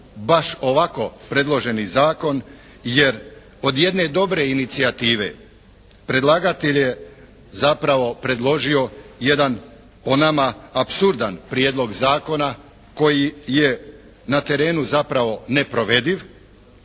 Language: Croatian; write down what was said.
baš ovako predloženi zakon, jer od jedne dobre inicijative predlagatelj je zapravo predložio jedan po nama apsurdan prijedlog zakona koji je na terenu zapravo neprovediv,